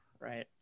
right